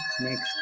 next